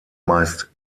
meist